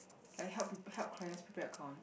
I help people help clients prepare account